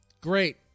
Great